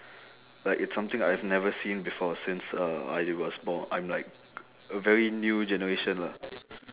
like it's something I've never seen before since uh I was born I'm like a very new generation lah